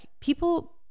people